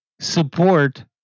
support